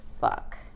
fuck